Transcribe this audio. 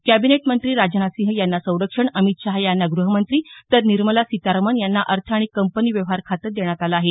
cabinet मंत्री राजनाथ सिंह यांना संरक्षण अमित शाह यांना ग्रहमंत्री तर निर्मला सीतारामण यांना अर्थ आणि कंपनी व्यवहार खाते देण्यात आलं आहे